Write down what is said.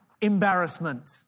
embarrassment